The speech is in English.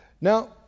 Now